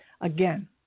Again